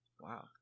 wow